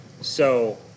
So-